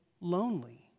lonely